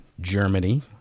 Germany